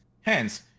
Hence